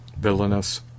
villainous